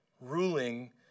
ruling